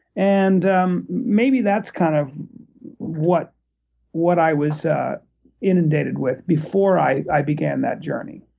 and um maybe that's kind of what what i was inundated with before i i began that journey.